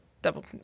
Double –